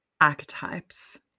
archetypes